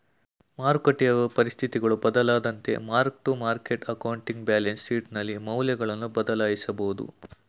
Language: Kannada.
ಮಾರಕಟ್ಟೆಯ ಪರಿಸ್ಥಿತಿಗಳು ಬದಲಾದಂತೆ mark to market accounting balance ಶೀಟ್ನಲ್ಲಿ ಮೌಲ್ಯಗಳನ್ನು ಬದಲಾಯಿಸಬಹುದು